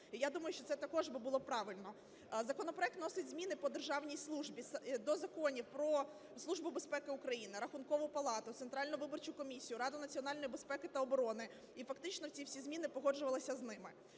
я думаю, що це також би було правильно. Законопроект вносить зміни по державній службі до Законів "Про Службу безпеки України", Рахункову палату, Центральну виборчу комісію, Раду національної безпеки та оборони. І фактичні ці всі зміни погоджувалися з ними.